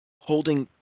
holding